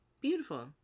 Beautiful